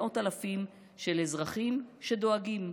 מאות אלפים של אזרחים שדואגים.